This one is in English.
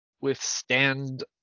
withstand